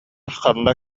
ханна